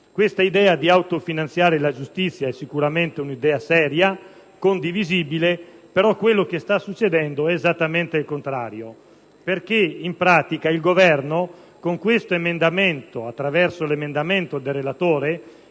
Questa idea di autofinanziare la giustizia è sicuramente seria e condivisibile, però quello che sta succedendo è esattamente il contrario. In pratica, il Governo, attraverso l'emendamento del relatore,